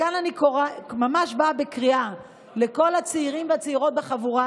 כאן אני ממש באה בקריאה לכל הצעירים והצעירות בחבורה,